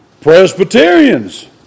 Presbyterians